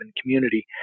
community